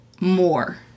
more